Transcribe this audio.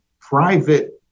private